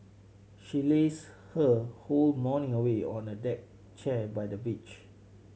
she lazed her whole morning away on a deck chair by the beach